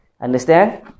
Understand